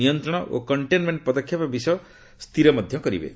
ନିୟନ୍ତ୍ରଣ ଓ କଙ୍କେନ୍ମେଣ୍ଟ ପଦକ୍ଷେପ ବିଷୟ ସ୍ଥିର କରିବେ